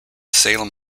salem